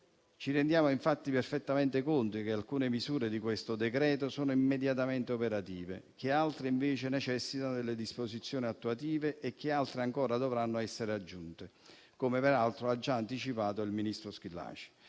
Ci rendiamo infatti perfettamente conto che alcune misure di questo decreto sono immediatamente operative, che altre invece necessitano delle disposizioni attuative e che altre ancora dovranno essere aggiunte, come peraltro ha già anticipato il ministro Schillaci.